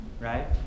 Right